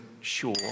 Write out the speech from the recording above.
sure